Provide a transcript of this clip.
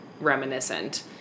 reminiscent